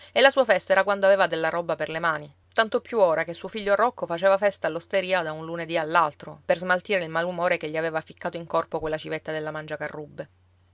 e la sua festa era quando aveva della roba per le mani tanto più ora che suo figlio rocco faceva festa all'osteria da un lunedì all'altro per smaltire il malumore che gli aveva ficcato in corpo quella civetta della